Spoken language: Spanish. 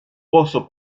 pozo